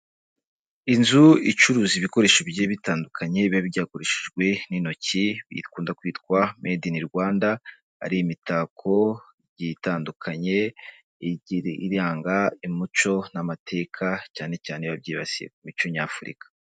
Inzu icuruza ibikoresho bigiye bitandukanye biba byakoreshejwe n'intoki bikunda kwitwa made in Rwanda, ari imitako igiye itandukanye iranga umuco n'amateka, cyane cyane byibasiye ku mico nyafurika.